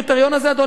אדוני ראש הממשלה?